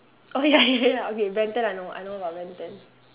okay ya ya ya ya okay ben ten I know about ben ten